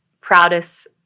proudest